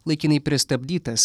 laikinai pristabdytas